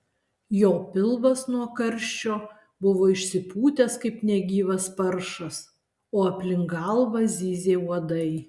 jo pilvas nuo karščio buvo išsipūtęs kaip negyvas paršas o aplink galvą zyzė uodai